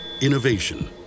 Innovation